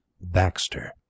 baxter